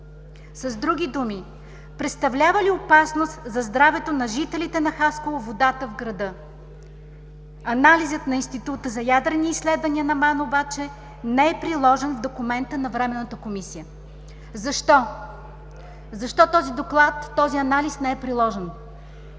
С други думи, представлява ли опасност за здравето на жителите на Хасково водата в града? Анализът на Института за ядрени изследвания на БАН обаче не е приложен в документа на Временната комисия. Защо този анализ не е приложен?